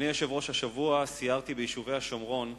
השבוע סיירתי ביישובי השומרון,